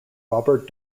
robert